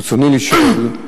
רצוני לשאול: